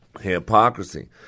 hypocrisy